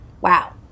wow